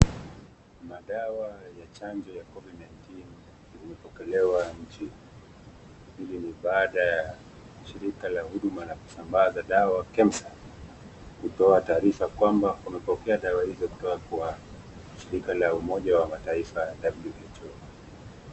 Madawa ya chanjo ya Covid 19 yamepokelewa nchini. Hili ni baada ya shirika la huduma na kusambaza dawa KEMSA, kutoa taarifa kwamba yamepokea madawa hizo kutoka shirika la umoja wa mataifa la WHO.